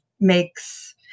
makes